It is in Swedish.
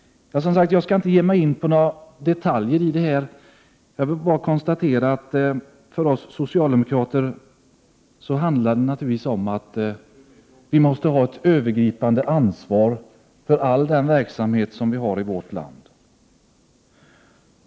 Jag skall som sagt inte ge mig in på några detaljer. Jag vill bara konstatera att det för oss socialdemokrater naturligtvis handlar om att vi måste ha ett övergripande ansvar för all den verksamhet som vi har i vårt land.